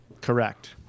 Correct